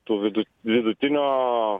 tų viduti vidutinio